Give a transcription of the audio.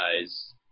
guys